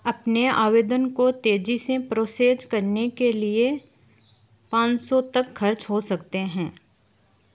अपने आवेदन को तेजी से प्रोसेज करने के लिए पाँच सौ तक खर्च हो सकते हैं